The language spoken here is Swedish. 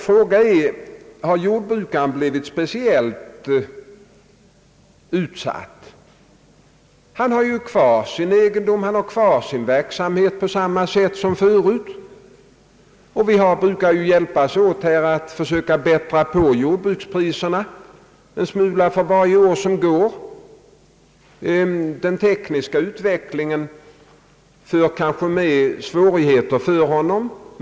Fråga är om jordbrukaren har blivit speciellt utsatt. Han har ju kvar sin egendom. Han har kvar sin verksamhet på samma sätt som förut. Vi brukar ju hjälpas åt att försöka bättra på jordbrukspriserna en smula för varje år som går. Den tekniska utvecklingen för kanske med sig svårigheter för jordbrukaren.